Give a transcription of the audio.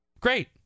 great